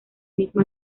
misma